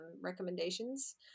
recommendations